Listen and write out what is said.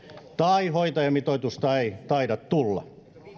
tai hoitajamitoitusta ei taida tulla